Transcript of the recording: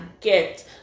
get